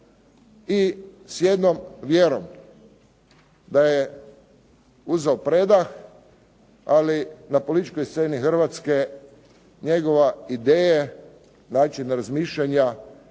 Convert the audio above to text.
i s jednom vjerom. Da je uzeo predah, ali na političkoj sceni Hrvatske njegove ideje, način razmišljanja